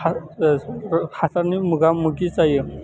हासारनि मोगा मोगि जायो